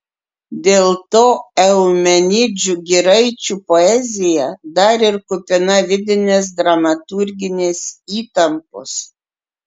dėl to eumenidžių giraičių poezija dar ir kupina vidinės dramaturginės įtampos